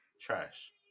trash